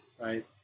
right